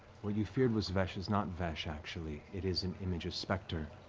what you feared was vesh is not vesh, actually. it is an image, a specter